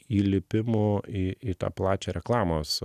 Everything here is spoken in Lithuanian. įlipimu į į tą plačią reklamos